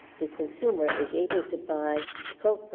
the consumer is able to buy so